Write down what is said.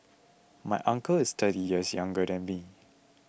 my uncle is thirty years younger than me